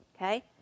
Okay